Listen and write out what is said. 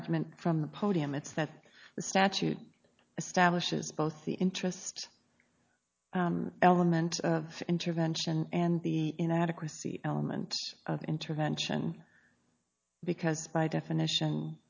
argument from the podium it's that the statute establishes both the interest element of intervention and the inadequacy element of intervention because by definition